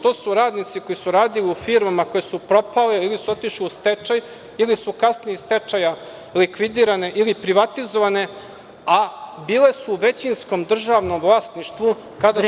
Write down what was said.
To su radnici kojisu radiliu firmama koje su propale ili su otišle u stečaj, ili su kasnije iz stečaja likvidirane ili privatizovane, a bile su u većinskom državnom vlasništvu